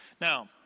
Now